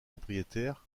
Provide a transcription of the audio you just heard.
propriétaires